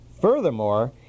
Furthermore